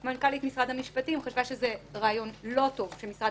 מנכ"לית משרד המשפטים חשבה שזה רעיון לא טוב שמשרד